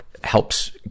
helps